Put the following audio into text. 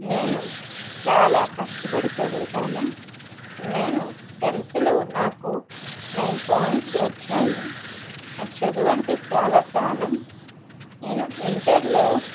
నేను చాలా కష్టపడి చదువుతాను నేను టెన్త్ లో నాకు నైన్ పాయింట్స్ వచ్చాయి నాకు చదువు అంటే చాలా ప్రాణం నేను ఇంటర్ లో